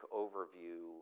overview